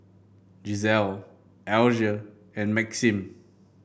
Giselle Alger and Maxim